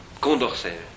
Condorcet